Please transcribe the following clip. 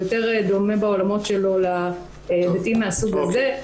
יותר דומה בעולמות שלו להיבטים מהסוג הזה.